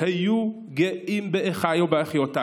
היו גאים באחיי ובאחיותיי